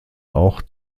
auch